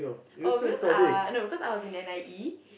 oh because uh no because I was in N_I_E